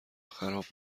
خراب